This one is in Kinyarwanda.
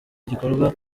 igikorwa